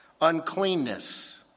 Uncleanness